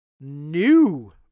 New